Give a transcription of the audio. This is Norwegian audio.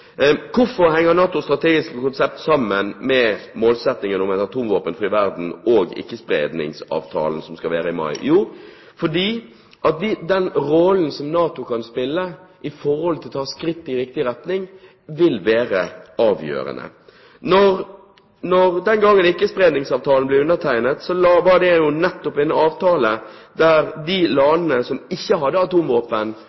Hvorfor henger NATOs strategiske konsept sammen med målsettingen om en atomvåpenfri verden og Ikkespredningsavtalen, som det skal være tilsynskonferanse om i mai? Det er fordi den rollen som NATO kan spille for å ta skritt i riktig retning, vil være avgjørende. Den gangen Ikke-spredningsavtalen ble undertegnet, var jo det nettopp en avtale der alle landene forpliktet seg til å sørge for at de